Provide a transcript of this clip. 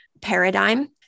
paradigm